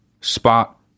spot